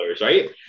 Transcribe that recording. right